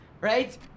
right